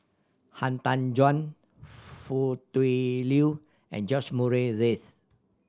Han Tan Juan Foo Tui Liew and George Murray Reith